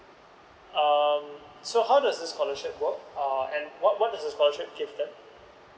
uhm so how does the scholarship work and what does the scholarship